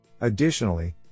Additionally